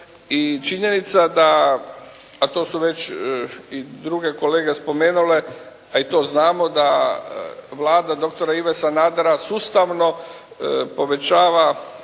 i činjenica da, a to su već i druge kolege spomenule, a i to znamo da Vlada doktora Ive Sanadera sustavno povećava